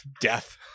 death